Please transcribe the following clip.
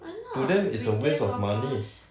why not they gain workers